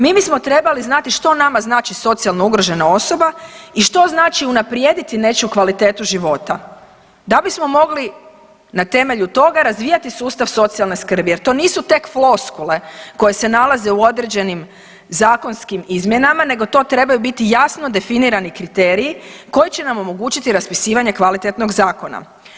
Mi bismo trebali znati što nama znači socijalno ugrožena osobe i što znači unaprijediti nečiju kvalitetu života da bismo mogli na temelju toga razvijati sustav socijalne skrbi jer to nisu tek floskule koje se nalaze u određenim zakonskim izmjenama nego to trebaju biti jasno definirani kriteriji koji će nam omogućiti raspisivanje kvalitetnog zakona.